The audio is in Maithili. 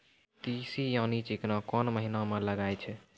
तीसी यानि चिकना कोन महिना म लगाय छै?